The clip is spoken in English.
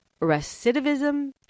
recidivism